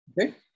okay